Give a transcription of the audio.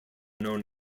known